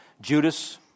Judas